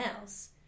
else